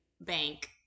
bank